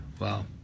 Wow